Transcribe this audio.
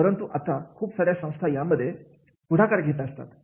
परंतु आता खूप सार्या संस्था यामध्ये पुढाकार घेत आहेत